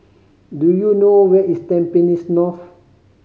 do you know where is Tampines North